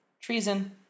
treason